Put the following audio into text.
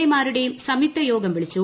A മാരുടെയും സംയുക്ത യോഗം വിളിച്ചു